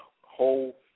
whole